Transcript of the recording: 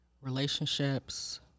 relationships